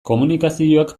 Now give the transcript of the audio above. komunikazioak